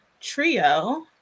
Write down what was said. trio